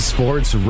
Sports